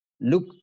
Look